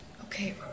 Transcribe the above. Okay